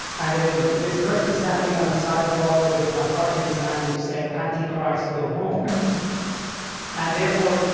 and there was this person standing on a sidewalk with a placard in his hand which said, antichrist go home. right and therefore,